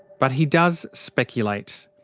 but he does speculate.